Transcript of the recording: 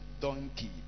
donkey